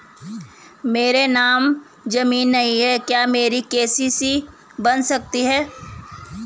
मेरे नाम ज़मीन नहीं है क्या मेरी के.सी.सी बन सकती है?